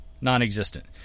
non-existent